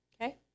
Okay